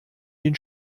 den